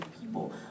people